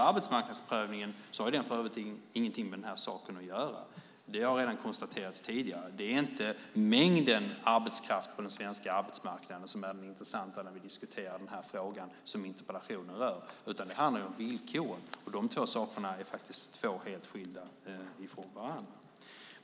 Arbetsmarknadsprövningen har för övrigt ingenting med den här saken att göra. Det har konstaterats tidigare att det inte är mängden arbetskraft på den svenska arbetsmarknaden som är den intressanta när vi diskuterar den fråga som interpellationen rör, utan det handlar om villkoren. De två sakerna är helt skilda från varandra.